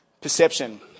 perception